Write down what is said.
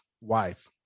Wife